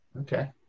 Okay